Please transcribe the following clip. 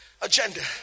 agenda